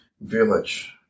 village